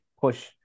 push